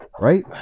right